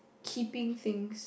keeping things